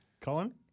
Colin